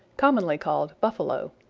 commonly called buffalo.